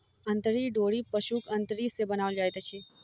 अंतरी डोरी पशुक अंतरी सॅ बनाओल जाइत अछि